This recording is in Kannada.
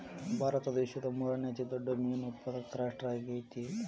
ಭಾರತ ವಿಶ್ವದ ಮೂರನೇ ಅತಿ ದೊಡ್ಡ ಮೇನು ಉತ್ಪಾದಕ ರಾಷ್ಟ್ರ ಆಗೈತ್ರಿ